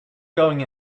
going